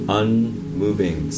unmoving